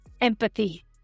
Empathy